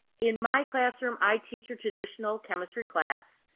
in my classroom i teach a traditional chemistry class.